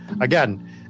Again